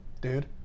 dude